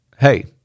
Hey